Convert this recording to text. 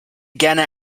gerne